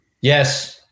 Yes